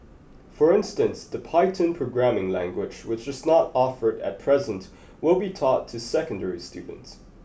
for instance the Python programming language which is not offered at present will be taught to secondary students